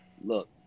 look